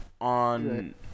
on